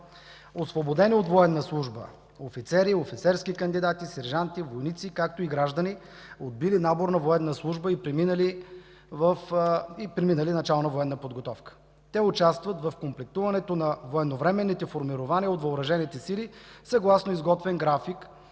освободени от военна служба, офицери, офицерски кандидати, сержанти, войници, както и граждани, отбили наборна военна служба и преминали начална военна подготовка. Те участват в комплектуването на военновременните формирования от въоръжените сили съгласно изготвен график